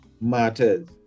matters